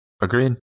Agreed